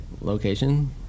location